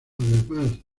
además